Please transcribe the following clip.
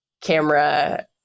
camera